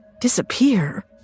Disappear